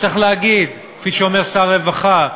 צריך להגיד, כפי שאומר שר הרווחה: